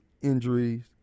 injuries